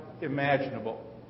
imaginable